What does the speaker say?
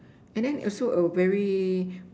and then also a very